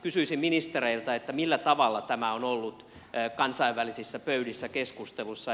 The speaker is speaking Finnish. kysyisin ministereiltä millä tavalla tämä on ollut kansainvälisissä pöydissä keskustelussa